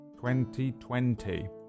2020